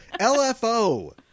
LFO